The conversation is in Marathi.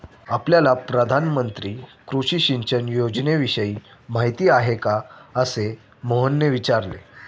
आपल्याला प्रधानमंत्री कृषी सिंचन योजनेविषयी माहिती आहे का? असे मोहनने विचारले